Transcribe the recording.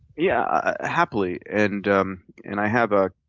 yeah, happily, and um and i have a